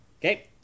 Okay